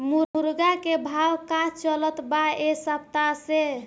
मुर्गा के भाव का चलत बा एक सप्ताह से?